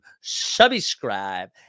subscribe